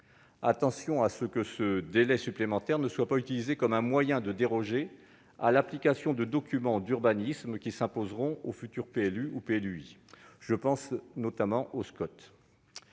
garde à ce que ce délai supplémentaire ne soit pas utilisé comme un moyen de déroger à l'application de documents d'urbanisme qui s'imposeront aux futurs PLU ou PLUi. Je pense notamment aux SCoT.